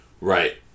Right